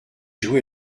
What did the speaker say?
joué